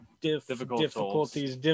difficulties